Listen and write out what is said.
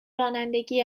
رانندگی